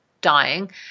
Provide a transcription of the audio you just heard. dying